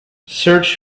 search